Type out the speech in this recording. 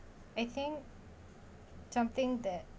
I think something that